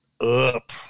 up